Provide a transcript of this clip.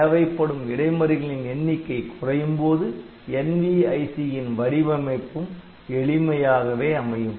தேவைப்படும் இடைமறிகளின் எண்ணிக்கை குறையும்போது NVIC ன் வடிவமைப்பும் எளிமையாகவே அமையும்